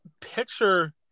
picture